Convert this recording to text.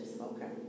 Okay